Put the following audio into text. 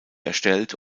erstellt